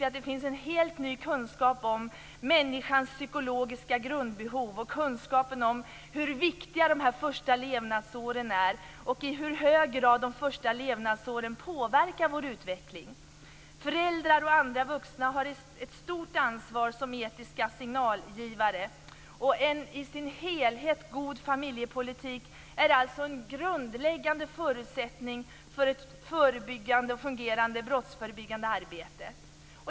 I dag finns en helt ny kunskap om människans psykologiska grundbehov, om hur viktiga våra första levnadsår är och i hur hög grad de första levnadsåren påverkar vår utveckling. Föräldrar och andra vuxna har ett stort ansvar som etiska signalgivare. En i sin helhet god familjepolitik är alltså en grundläggande förutsättning för ett fungerande brottsförebyggande arbete.